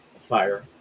fire